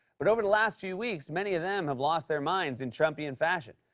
but over the last few weeks, many of them have lost their minds in trumpian fashion.